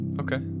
Okay